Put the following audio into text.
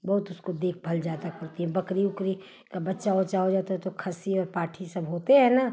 बहुत उसकी देख़भाल ज़्यादा करती हूँ बक़री उक़री का बच्चा उच्चा हो जाता है तो खस्सी और पाठी सब होते हैं ना